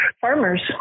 farmers